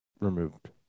removed